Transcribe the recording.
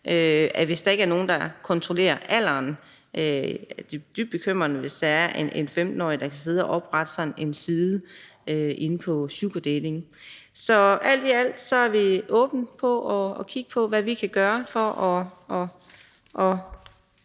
hvis der ikke er nogen, der kontrollerer alderen – det er dybt bekymrende, hvis der er en 15-årig, der kan sidde og oprette en profil på sådan en sugardatingside. Så alt i alt er vi åbne for at kigge på, hvad vi kan gøre for at